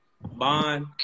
Bond